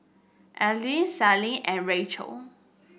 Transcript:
Elige Sallie and Rachel